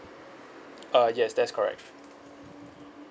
uh yes that is correct